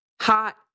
hot